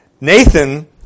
Nathan